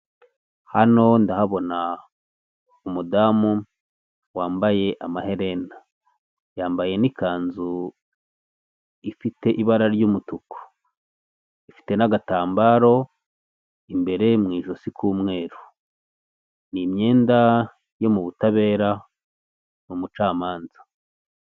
Hano ndahabona umudamu wambaye amaherena yambaye n'ikanzu ifite ibara ry'umutuku, ifite n'agatambaro imbere mu ijosi k'umweru. Ni imyenda yo mu butabera ni umucamanza.